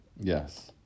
Yes